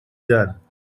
done